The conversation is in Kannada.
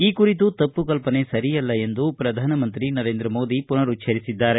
ಈ ಕುರಿತು ತಪ್ಪು ಕಲ್ಪನೆ ಸರಿಯಲ್ಲ ಎಂದು ಪ್ರಧಾನ ಮಂತ್ರಿ ನರೇಂದ್ರ ಮೋದಿ ಪುನರುಚ್ದರಿಸಿದ್ದಾರೆ